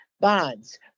Bonds